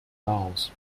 laos